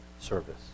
service